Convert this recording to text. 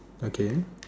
again